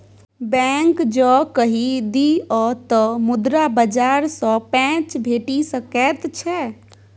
bank जँ कहि दिअ तँ मुद्रा बाजार सँ पैंच भेटि सकैत छै